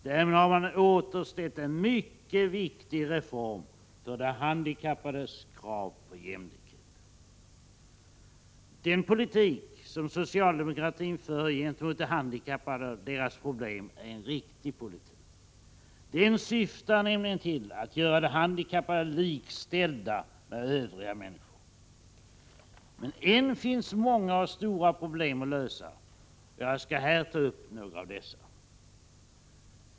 Därmed har man återställt en mycket viktig reform för de handikappades krav på jämlikhet. Den politik som socialdemokratin för gentemot de handikappade och deras problem är en riktig politik. Den syftar nämligen till att göra de handikappade likställda med övriga människor. Men än finns det många och stora problem att lösa, och jag skall här ta upp några av dessa.